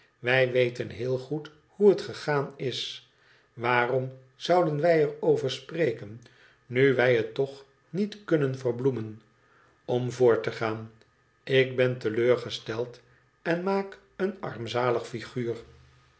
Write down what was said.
wij weten heel goed hoe het gegaan is waarom zouden wij er over spreken nu wij het toch niet kunnen verbloenoien om voort te gaan ik ben te leur gesteld en maak een armzalig figuur